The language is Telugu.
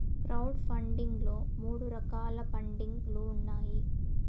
క్రౌడ్ ఫండింగ్ లో మూడు రకాల పండింగ్ లు ఉన్నాయి